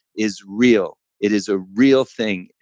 is real. it is a real thing.